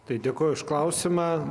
tai dėkoju už klausimą